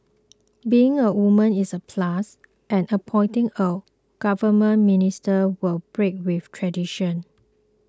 being a woman is a plus and appointing a government minister will break with tradition